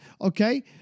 okay